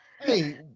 Hey